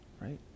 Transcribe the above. right